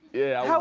yeah.